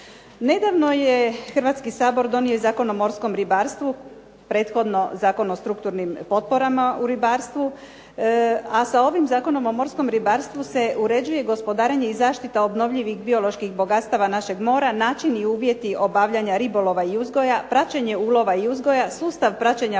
Nedavno je Hrvatski sabor donio Zakon o morskom ribarstvu, prethodno Zakon o strukturnim potporama u ribarstvu, a sa ovim Zakonom o morskom ribarstvu se uređuje gospodarenje i zaštita obnovljivih bioloških bogatstava našeg mora, način i uvjeti obavljanja ribolova i uzgoja, praćenje ulova i uzgoja sustav praćenja